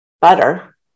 butter